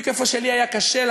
בדיוק איפה שלי היה קשה,